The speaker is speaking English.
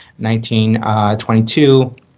1922